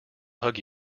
hug